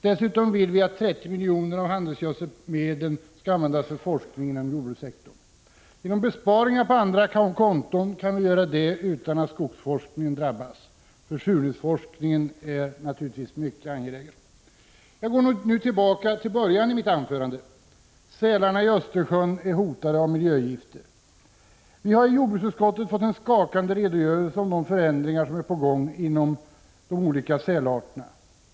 Dessutom vill vi att 30 miljoner av handelsgödselmedlen skall användas för forskning inom jordbrukssektorn. Genom besparingar på andra konton kan vi göra detta utan att skogsforskningen drabbas. Försurningsforskningen är naturligtvis mycket angelägen. Jag går tillbaka till början av mitt anförande. Sälarna i Östersjön är hotade av miljögifter. Vi har i jordbruksutskottet fått en skakande redogörelse för Prot. 1985/86:118 — de förändringar som är på gång inom de olika sälarterna.